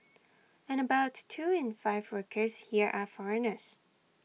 and about two in five workers here are foreigners